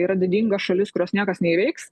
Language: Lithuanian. yra didinga šalis kurios niekas neįveiks